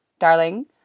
darling